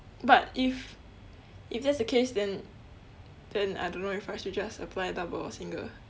but if if that's the case then then I don't know if I should just apply double or single